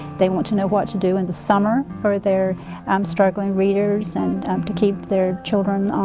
they want to know what to do in the summer for their struggling readers and um to keep their children